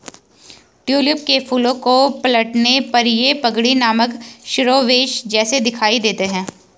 tulip के फूलों को पलटने पर ये पगड़ी नामक शिरोवेश जैसे दिखाई देते हैं